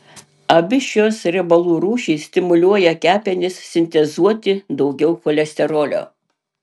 abi šios riebalų rūšys stimuliuoja kepenis sintezuoti daugiau cholesterolio